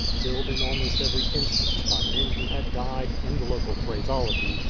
filled in almost every instance by men who had died, in the local phraseology,